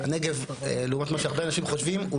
הנגב לעומת מה שהרבה אנשים חושבים הוא